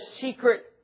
secret